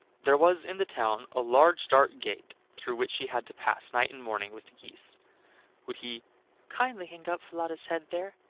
there was in the town a large dark gate, through which she had to pass night and morning with the geese would he kindly hang up falada's head there,